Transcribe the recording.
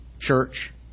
church